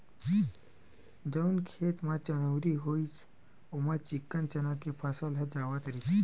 जउन खेत म चनउरी होइस ओमा चिक्कन चना के फसल ह जावत रहिथे